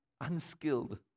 unskilled